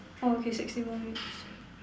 orh okay sixteen more minutes